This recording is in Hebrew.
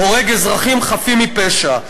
הורג אזרחים חפים מפשע.